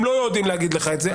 הם לא יודעים לומר לך את זה,